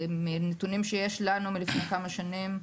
מנתונים שיש לנו מלפני כמה שנים,